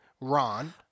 Ron